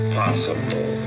possible